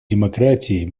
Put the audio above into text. демократии